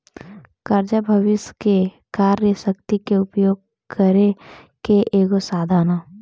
कर्जा भविष्य के कार्य शक्ति के उपयोग करे के एगो साधन ह